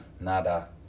nada